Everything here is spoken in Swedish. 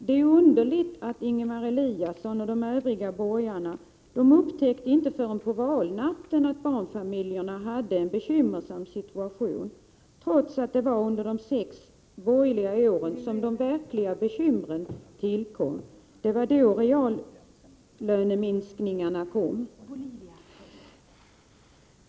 Det är underligt att Ingemar Eliasson och de övriga borgarna inte förrän på valnatten upptäckte att barnfamiljerna hade en bekymmersam situation, trots att det var under de sex borgerliga åren som de verkliga bekymren tillkom — det var då reallöneminskningarna kom.